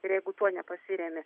ir jeigu tuo nepasiremi